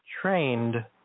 trained